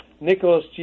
Nicholas